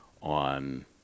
on